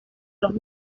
los